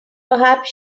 perhaps